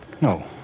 No